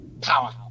powerhouse